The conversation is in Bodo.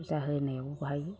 फुजा होनायाव बाहाय